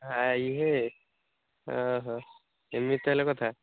ଭାଇ ହେ ଏମିତି ତା ହେଲେ କଥା